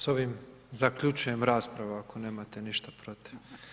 S ovim zaključujem raspravu ako nemate ništa protiv.